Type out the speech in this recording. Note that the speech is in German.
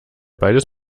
beides